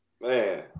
Man